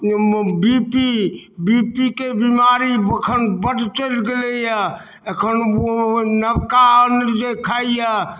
B P B P के बीमारी अखन बड चलि गेलैया एखन नवका अन्न जे खाइया